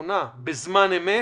נכונה בזמן אמת,